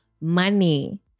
money